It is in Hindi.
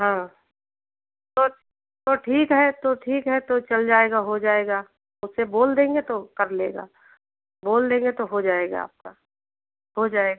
हाँ तो तो ठीक है तो ठीक है तो चल जाएगा हो जाएगा उससे बोल देंगे तो कर लेगा बोल देंगे तो हो जाएगा आपका हो जाएगा